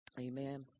Amen